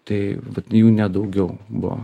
tai vat jų ne daugiau buvo